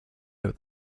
out